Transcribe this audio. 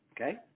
okay